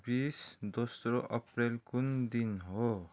बिस दोस्रो अप्रेल कुन दिन हो